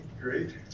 Great